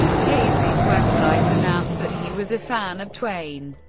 paisley's website announced that he was a fan of twain,